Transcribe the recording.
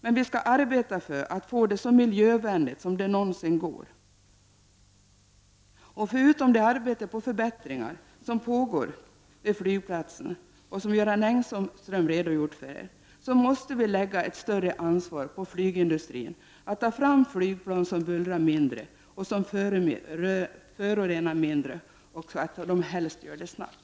Men vi skall arbeta för att få det så miljövänligt som möjligt. Vid sidan av det arbete med att åstadkomma förbättringar som pågår på flygplatsen och som Göran Engström har redogjort för måste vi lägga ett större ansvar på flygindustrin. Denna måste ta fram flygplan som bullrar mindre och som förorenar mindre. Helst skall det arbetet också ske snabbt.